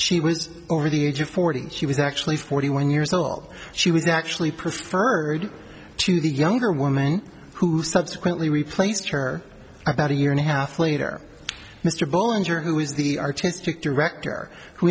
was over the age of forty she was actually forty one years old she was actually preferred to the younger woman who subsequently replaced her about a year and a half later mr bullen juror who was the artistic director who